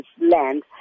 land